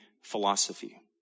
philosophy